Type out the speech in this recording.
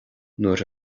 nuair